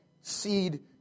seed